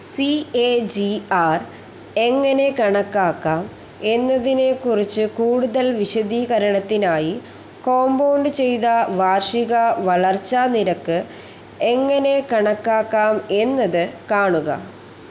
C A G R എങ്ങനെ കണക്കാക്കാം എന്നതിനെ കുറിച്ച് കൂടുതൽ വിശദീകരണത്തിനായി കോംപൗണ്ട് ചെയ്ത വാർഷിക വളർച്ച നിരക്ക് എങ്ങനെ കണക്കാക്കാം എന്നത് കാണുക